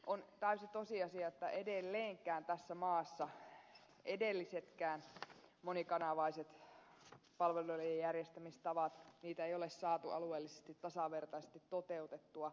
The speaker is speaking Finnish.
on täysi tosiasia että edelleenkään tässä maassa edellisiäkään monikanavaisia palveluiden järjestämistapoja ei ole saatu alueellisesti tasavertaisesti toteutettua